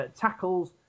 tackles